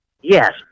Yes